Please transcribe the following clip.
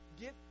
Get